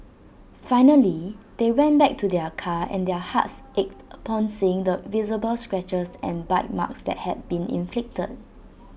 finally they went back to their car and their hearts ached upon seeing the visible scratches and bite marks that had been inflicted